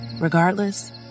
Regardless